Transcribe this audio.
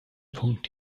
punkt